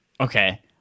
Okay